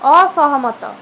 ଅସହମତ